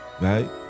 right